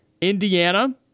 Indiana